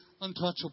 untouchable